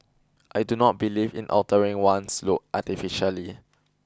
I do not believe in altering one's looks artificially